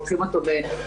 עושים אותו בדיסקרטיות,